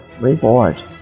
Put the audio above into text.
reward